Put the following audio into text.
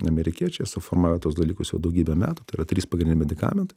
amerikiečiai suformavo tuos dalykus jau daugybę metų tai yra trys pagrindiniai medikamentai